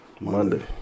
Monday